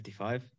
55